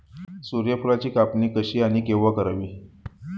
सूर्यफुलाची कापणी कशी आणि केव्हा करावी?